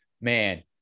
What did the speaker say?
man